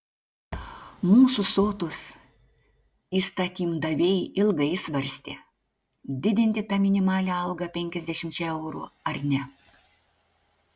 mūsų sotūs įstatymdaviai ilgai svarstė didinti tą minimalią algą penkiasdešimčia eurų ar ne